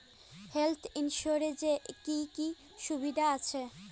Health insurance এ কি কি সুবিধা আছে?